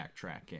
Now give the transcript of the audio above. backtracking